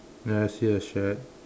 ya I see a shed